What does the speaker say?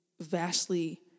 vastly